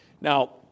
Now